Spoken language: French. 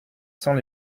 sans